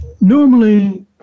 Normally